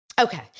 okay